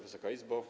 Wysoka Izbo!